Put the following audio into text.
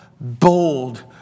bold